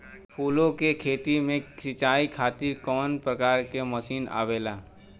फूलो के खेती में सीचाई खातीर कवन प्रकार के मशीन आवेला?